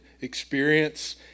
experience